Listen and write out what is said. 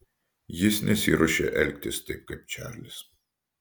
jis nesiruošia elgtis taip kaip čarlis